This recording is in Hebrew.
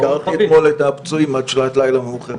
ביקרתי אתמול את הפצועים עד שעת לילה מאוחרת.